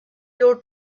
your